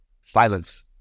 silence